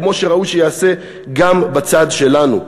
כמו שראוי שיעשה גם בצד שלנו.